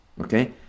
okay